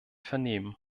vernehmen